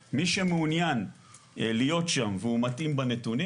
אבל מי שמעוניין להיות שם והוא מתאים בנתונים,